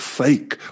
fake